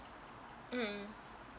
mm